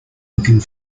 looking